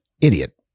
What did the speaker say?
idiot